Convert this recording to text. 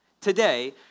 Today